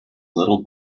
little